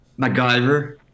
MacGyver